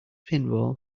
pinball